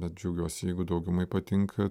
bet džiaugiuosi jeigu daugumai patinka